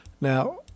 Now